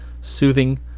Soothing